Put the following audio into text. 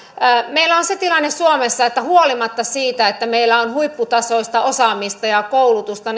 meillä on se tilanne suomessa että huolimatta siitä että meillä on huipputasoista osaamista ja koulutusta